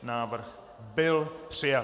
Návrh byl přijat.